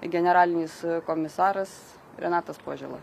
generalinis komisaras renatas požėla